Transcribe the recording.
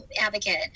advocate